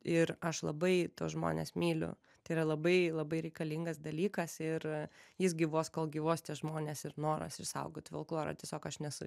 ir aš labai tuos žmones myliu tai yra labai labai reikalingas dalykas ir jis gyvuos kol gyvuos tie žmonės ir noras išsaugoti folklorą tiesiog aš nesu